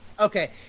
Okay